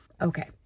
Okay